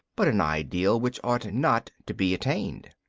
but an ideal which ought not to be attained.